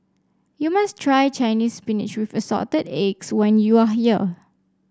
you must try Chinese Spinach with Assorted Eggs when you are here